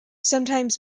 sometimes